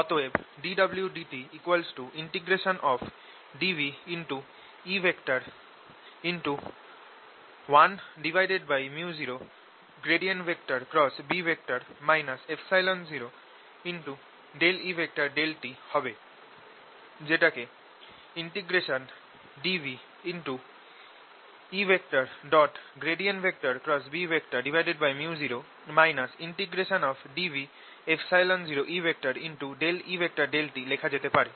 অতএব dwdt dvE1µoB 0E∂t হবে যেটাকে dvEµo dv0E E∂t লেখা যেতে পারে